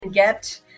get